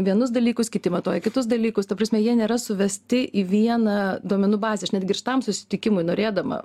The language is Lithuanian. vienus dalykus kiti matuoja kitus dalykus ta prasme jie nėra suvesti į vieną duomenų bazę aš netgi ir šitam susitikimui norėdama